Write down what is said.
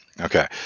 Okay